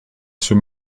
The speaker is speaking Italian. sui